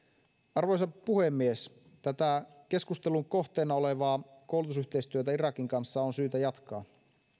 arvoisa puhemies tätä keskustelun kohteena olevaa koulutusyhteistyötä irakin kanssa on syytä jatkaa